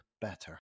better